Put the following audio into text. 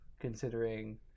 considering